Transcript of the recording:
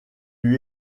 lui